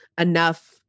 enough